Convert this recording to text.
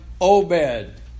Obed